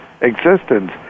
existence